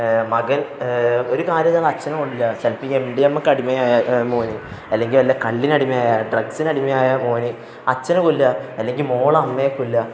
മകൻ ഒരു കാര്യവുമില്ലാതെ അച്ഛനെ കൊല്ലില്ല ചിലപ്പോള് ഈ എം ഡി എം എയ്ക്കൊക്കെ അടിമയായ മകന് അല്ലെങ്കില് വല്ല കള്ളിനും അടിമയായ ഡ്രഗ്സിനടിമയായ മകന് അച്ഛനെ കൊല്ലുക അല്ലെങ്കില് മകള് അമ്മയെ കൊല്ലുക